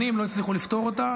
שנים לא הצליחו לפתור אותה.